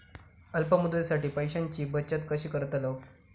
अल्प मुदतीसाठी पैशांची बचत कशी करतलव?